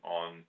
on